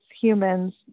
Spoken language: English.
humans